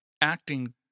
acting